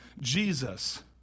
Jesus